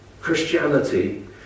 Christianity